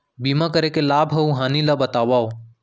बीमा करे के लाभ अऊ हानि ला बतावव